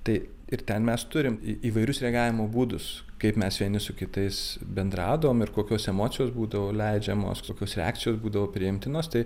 tai ir ten mes turim įvairius reagavimo būdus kaip mes vieni su kitais bendraudavom ir kokios emocijos būdavo leidžiamos kokios reakcijos būdavo priimtinos tai